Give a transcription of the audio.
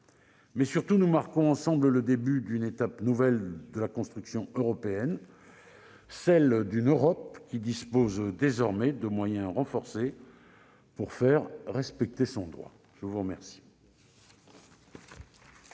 mais surtout nous marquons ensemble le début d'une étape nouvelle de la construction européenne, celle d'une Europe qui dispose désormais de moyens renforcés pour faire respecter son droit. La parole